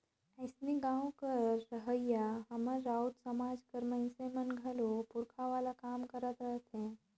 अइसने गाँव कर रहोइया हमर राउत समाज कर मइनसे मन घलो पूरखा वाला काम करत रहथें